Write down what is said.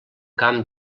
camp